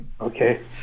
Okay